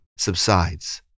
subsides